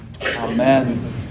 Amen